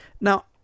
now